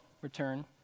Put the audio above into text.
return